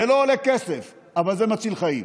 זה לא עולה כסף אבל זה מציל חיים.